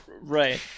right